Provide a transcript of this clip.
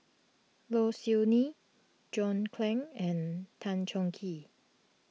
Low Siew Nghee John Clang and Tan Chong Tee